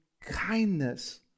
kindness